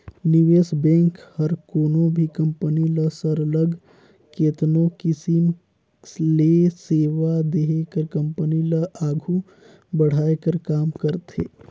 निवेस बेंक हर कोनो भी कंपनी ल सरलग केतनो किसिम ले सेवा देहे कर कंपनी ल आघु बढ़ाए कर काम करथे